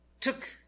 took